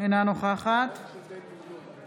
אינה נוכחת איתן גינזבורג,